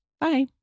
Bye